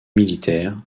militaire